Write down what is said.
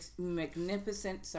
magnificent